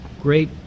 great